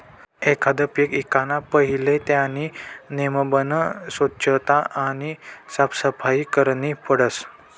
एखांद पीक ईकाना पहिले त्यानी नेमबन सोच्छता आणि साफसफाई करनी पडस